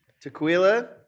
Tequila